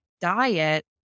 diet